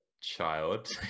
child